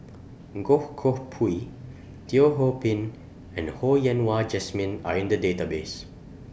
Goh Koh Pui Teo Ho Pin and Ho Yen Wah Jesmine Are in The Database